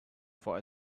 for